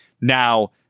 Now